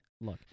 look